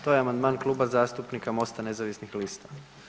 To je amandman Kluba zastupnika MOST-a nezavisnih lista.